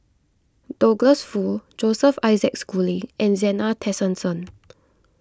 Douglas Foo Joseph Isaac Schooling and Zena Tessensohn